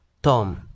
Tom